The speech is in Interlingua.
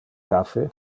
caffe